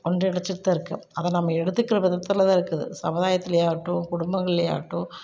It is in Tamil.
ஒன்றிணைச்சிகிட்டு தான் இருக்கு அதை நம்ம எடுத்துக்கிற விதத்தில் தான் இருக்குது சமுதாயத்துலையாகட்டும் குடும்பங்கள்லையாகட்டும்